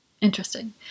Interesting